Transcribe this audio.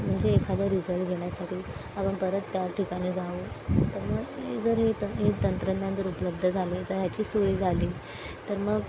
म्हणजे एखादा रिझल्ट घेण्यासाठी आपण परत त्या ठिकाणी जाऊन तर मग जर ये तर ये तंत्रज्ञान जर उपलब्ध झाले जर ह्याची सोय झाली तर मग